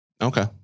Okay